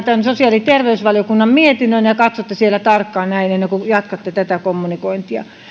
tämän sosiaali ja terveysvaliokunnan mietinnön ja ja katsotte sieltä tarkkaan nämä ennen kuin jatkatte tätä kommunikointia